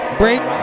break